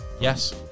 yes